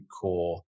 core